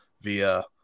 via